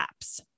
apps